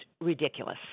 ridiculous